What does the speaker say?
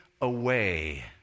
away